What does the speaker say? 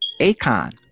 Akon